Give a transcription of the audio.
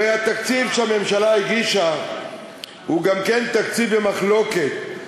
הרי התקציב שהממשלה הגישה הוא גם כן תקציב במחלוקת.